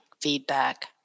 feedback